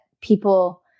people